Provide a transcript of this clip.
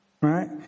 Right